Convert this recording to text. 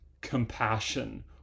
compassion